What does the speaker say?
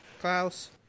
Klaus